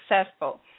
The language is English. successful